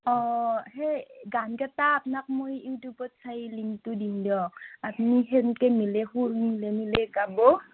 অঁ সেই গানকেইটা আপোনাক মই ইউটিউবত চাই লিংকটো দিম দিয়ক আপনি কেনকৈ মিলে সুৰ মিলাই মিলাই গাব